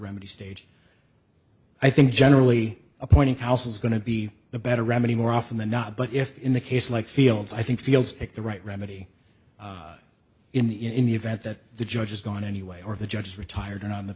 remedy stage i think generally appointing house is going to be a better remedy more often than not but if in the case like fields i think fields pick the right remedy in the event that the judge is gone anyway or the judge is retired and on the